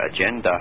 agenda